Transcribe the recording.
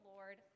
Lord